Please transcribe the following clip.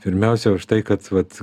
pirmiausia už tai kad vat